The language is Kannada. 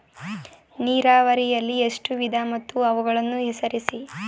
ನೀರಾವರಿಯಲ್ಲಿ ಎಷ್ಟು ವಿಧ ಮತ್ತು ಅವುಗಳನ್ನು ಹೆಸರಿಸಿ?